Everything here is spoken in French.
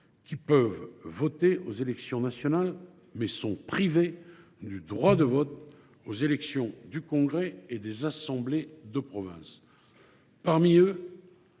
peuvent voter aux élections nationales, mais sont privés du droit de vote aux élections du congrès et des assemblées de province. Parmi eux,